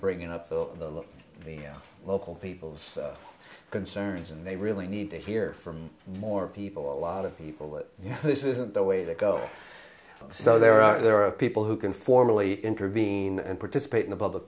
bringing up the local people's concerns and they really need to hear from more people a lot of people that you know this isn't the way to go so there are there are people who can formally intervene and participate in the public